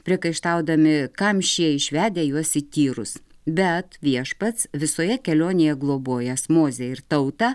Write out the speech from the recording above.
priekaištaudami kam šie išvedę juos į tyrus bet viešpats visoje kelionėje globojęs mozę ir tautą